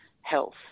health